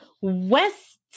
West